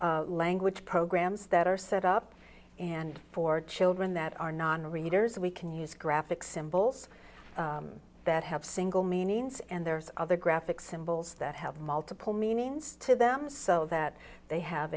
is language programs that are set up and for children that are nonreaders we can use graphic symbols that have single meanings and there's other graphic symbols that have multiple meanings to them so that they have